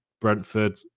Brentford